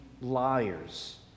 liars